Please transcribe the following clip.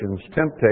temptations